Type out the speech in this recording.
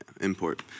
Import